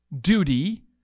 duty